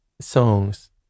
songs